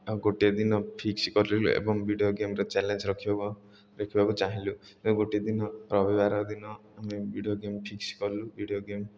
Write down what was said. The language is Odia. ଆଉ ଗୋଟିଏ ଦିନ ଫିକ୍ସ କରିଲୁ ଏବଂ ଭିଡ଼ିଓ ଗେମ୍ର ଚ୍ୟାଲେଞ୍ଜ ରଖିବାକୁ ରଖିବାକୁ ଚାହିଁଲୁୁ ଗୋଟିେ ଦିନ ରବିବାର ଦିନ ଆମେ ଭିଡ଼ିଓ ଗେମ୍ ଫିକ୍ସ କଲୁ ଭିଡ଼ିଓ ଗେମ୍